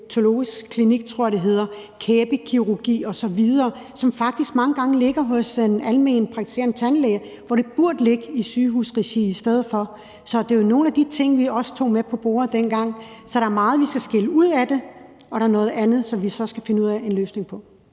odontologisk klinik tror jeg det hedder, kæbekirurgi osv., som faktisk mange gange ligger hos den almenpraktiserende tandlæge, burde ligge i sygehusregi i stedet for. Så det er nogle af de ting, vi også havde med ind til bordet dengang. Så der er meget, vi skal skille ud fra det, og der er noget andet, som vi så skal finde ud af en løsning på.